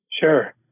Sure